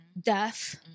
death